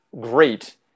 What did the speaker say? great